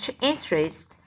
interest